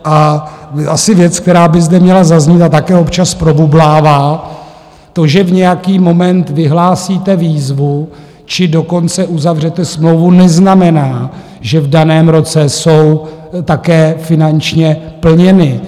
A asi věc, která by zde měla zaznít a také občas probublává, to, že v nějaký moment vyhlásíte výzvu, či dokonce uzavřete smlouvu, neznamená, že v daném roce jsou také finančně plněny.